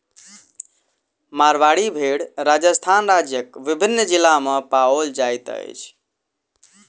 मारवाड़ी भेड़ राजस्थान राज्यक विभिन्न जिला मे पाओल जाइत अछि